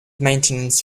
maintenance